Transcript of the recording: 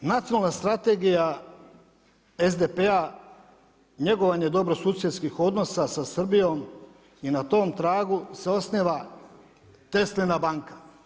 Nacionalna strategija SDP-a, njegovanje dobrosusjedskih odnosa sa Srbijom i na tom tragu se osniva Teslina banka.